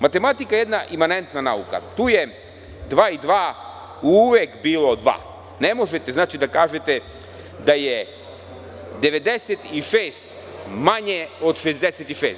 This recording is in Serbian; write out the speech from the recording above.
Matematika je jedna imanentna nauka tu je dva i dva uvek bilo dva, ne može da kažete da je 96 manje od 66.